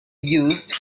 used